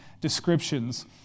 descriptions